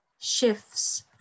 shifts